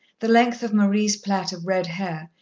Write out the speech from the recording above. the length of marie's plait of red hair,